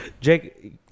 Jake